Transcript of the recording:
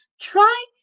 try